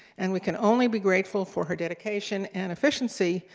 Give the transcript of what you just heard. and we can only be grateful for her dedication and efficiency.